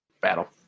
battle